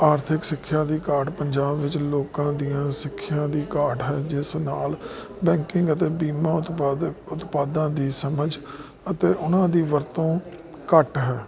ਆਰਥਿਕ ਸਿੱਖਿਆ ਦੀ ਘਾਟ ਪੰਜਾਬ ਵਿੱਚ ਲੋਕਾਂ ਦੀਆਂ ਸਿੱਖਿਆ ਦੀ ਘਾਟ ਹੈ ਜਿਸ ਨਾਲ ਬੈਂਕਿੰਗ ਅਤੇ ਬੀਮਾ ਉਤਪਾਦਕ ਉਤਪਾਦਾਂ ਦੀ ਸਮਝ ਅਤੇ ਉਹਨਾਂ ਦੀ ਵਰਤੋਂ ਘੱਟ ਹੈ